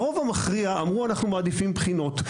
הרוב המכריע אמרו: אנחנו מעדיפים בחינות.